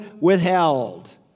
withheld